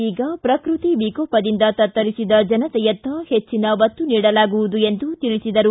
ಈಗ ಪ್ರಕೃತಿ ವಿಕೋಪದಿಂದ ತತ್ತರಿಸಿದ ಜನತೆಯತ್ತ ಹೆಚ್ಚನ ಒತ್ತು ನೀಡುವುದಾಗಿ ತಿಳಿಸಿದರು